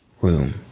room